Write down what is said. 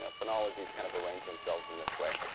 ah phonologies kind of arrange themselves in this way,